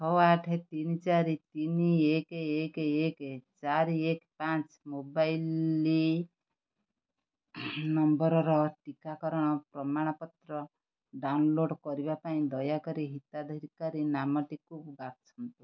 ଛଅ ଆଠ ତିନି ଚାରି ତିନି ଏକ ଏକ ଏକ ଚାରି ଏକ ପାଞ୍ଚ ମୋବାଇଲ୍ ନମ୍ବର୍ର ଟିକାକରଣ ପ୍ରମାଣପତ୍ର ଡ଼ାଉନଲୋଡ଼୍ କରିବା ପାଇଁ ଦୟାକରି ହିତାଧିକାରୀ ନାମଟିକୁ ବାଛନ୍ତୁ